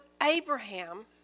Abraham